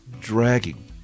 dragging